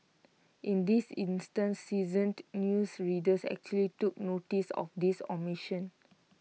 in this instance seasoned news readers actually took noticed of this omission